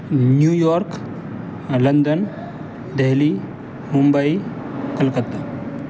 new York London Delhi Mumbai Calcutta